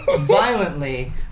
violently